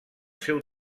seu